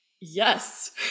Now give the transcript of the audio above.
Yes